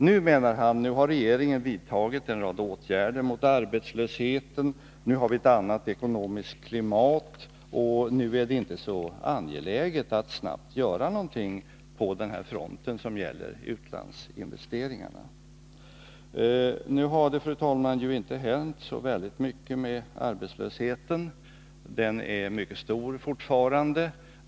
Nu, menar han, har regeringen vidtagit en rad åtgärder mot arbetslösheten, nu har vi ett annat ekonomiskt klimat och nu är det inte så angeläget att snabbt göra någonting på den här fronten när det gäller utlandsinvesteringarna. Men, fru talman, det är nu inte så att det har hänt så väldigt mycket i fråga om arbetslösheten. Den är fortfarande mycket stor.